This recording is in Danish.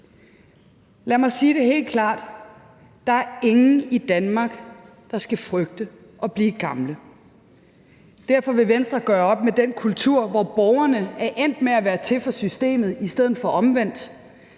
Lad mig sige det helt klart: Der er ingen i Danmark, der skal frygte at blive gammel. Derfor vil Venstre gøre op med den kultur, hvor borgerne er endt med at være til for systemets skyld i stedet for omvendt,